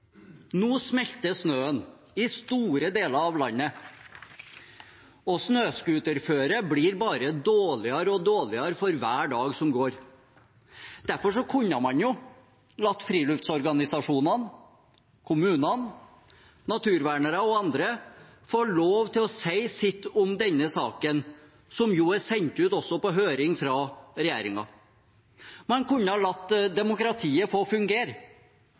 Nå smelter snøen i store deler av landet, og snøscooterføret blir bare dårligere og dårligere for hver dag som går. Derfor kunne man latt friluftsorganisasjonene, kommunene, naturvernere og andre få lov til å si sitt om denne saken, som er sendt ut også på høring fra regjeringen. Man kunne ha latt demokratiet få fungere.